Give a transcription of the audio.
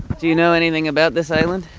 do you know anything about this island?